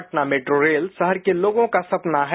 Patna metro rail सहर के लोगों का सपना है